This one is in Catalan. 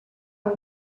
amb